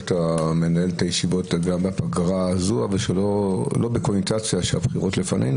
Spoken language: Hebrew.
אתה מנהל את הישיבות בפגרה הזו אבל שלא בקונוטציה של הבחירות לפעמים,